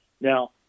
Now